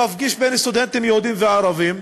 קורס שמפגיש סטודנטים יהודים וערבים,